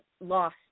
loss